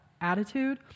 attitude